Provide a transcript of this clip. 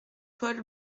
paul